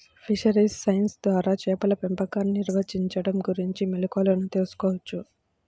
fisheries science ద్వారా చేపల పెంపకాన్ని నిర్వహించడం గురించిన మెళుకువలను తెల్సుకోవచ్చు